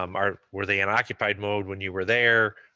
um ah were they in occupied mode when you were there?